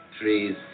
trees